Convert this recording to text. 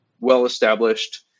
well-established